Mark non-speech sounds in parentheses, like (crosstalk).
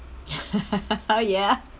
(laughs) ya